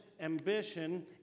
ambition